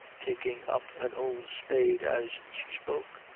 taking up an old spade as she spoke,